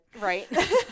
Right